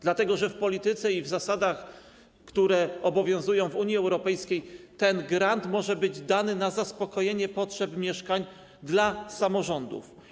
Dlatego że w polityce i na zasadach, które obowiązują w Unii Europejskiej, ten grant może być dany na zaspokojenie potrzeb mieszkaniowych samorządów.